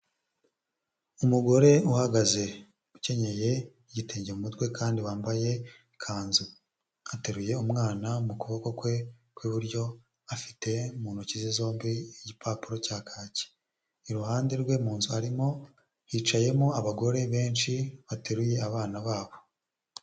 Umugore uhagaze ukenyeye igitenge mutwe kandi wambaye ikanzu ateruye umwana mu kuboko kwe kw'iburyo afite mu ntoki ze zombi igipapuro cya kaki iruhande rwe mu nzu harimo hicayemo abagore benshi bateruye abana babo.